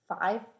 five